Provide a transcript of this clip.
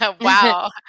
Wow